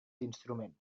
instrument